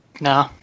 No